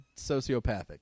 sociopathic